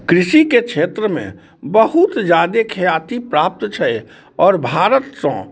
कृषिके क्षेत्रमे बहुत ज्यादे ख्याति प्राप्त छै आओर भारतसँ